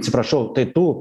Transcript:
atsiprašau tai tu